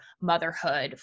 motherhood